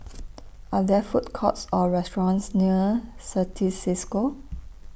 Are There Food Courts Or restaurants near Certis CISCO